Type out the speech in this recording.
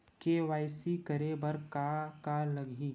KYC करे बर का का लगही?